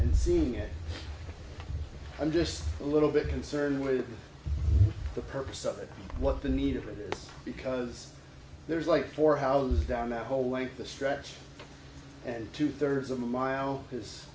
have seen it i'm just a little bit concerned with the purpose of it what the need of it is because there's like four houses down the whole length the stretch and two thirds of a mile i